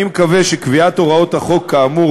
אני מקווה שקביעת הוראות החוק כאמור,